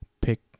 pick